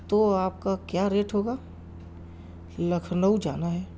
تو آپ کا کیا ریٹ ہوگا لکھنؤ جانا ہے